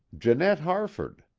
janette harford.